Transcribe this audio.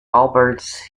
albert